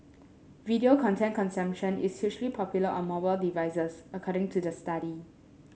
video content consumption is hugely popular on mobile devices according to the study